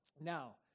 Now